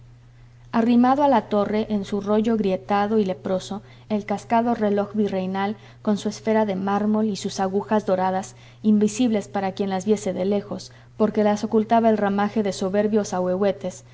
arrimado a la torre en su rollo grietado y leproso el cascado reloj virreinal con su esfera de mármol y sus agujas doradas invisibles para quien las viese de lejos porque las ocultaba el ramaje de soberbios ahuehuetes